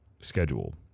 schedule